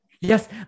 yes